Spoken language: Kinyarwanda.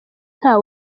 nta